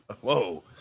Whoa